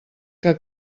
que